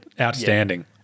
Outstanding